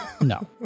no